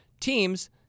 teams